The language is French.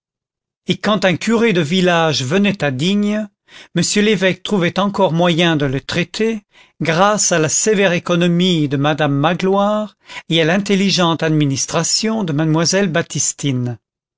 et quand un curé de village venait à digne m l'évêque trouvait encore moyen de le traiter grâce à la sévère économie de madame magloire et à l'intelligente administration de mademoiselle baptistine